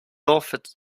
laughed